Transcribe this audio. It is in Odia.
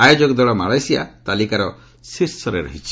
ଆୟୋଜକ ଦଳ ମାଲେସିଆ ତାଲିକାର ଶୀର୍ଷରେ ରହିଛି